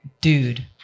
dude